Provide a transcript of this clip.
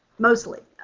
mostly.